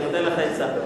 אני נותן לך עצה.